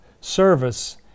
service